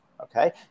Okay